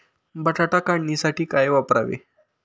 बटाटा काढणीसाठी काय वापरावे?